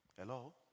Hello